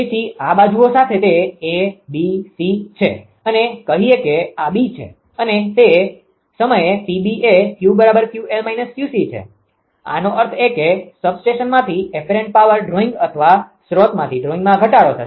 તેથી આ બાજુઓ સાથે તે A B C છે અને કહીએ કે આ B છે અને તે સમયે PB એ Q𝑄𝑙 −𝑄𝐶 છે આનો અર્થ એ કે સબસ્ટેશનમાંથી અપેરન્ટ પાવર ડ્રોઈંગ અથવા સ્રોતમાંથી ડ્રોઇંગમાં ઘટાડો થશે